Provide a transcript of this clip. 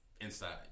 inside